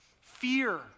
fear